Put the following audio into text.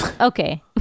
Okay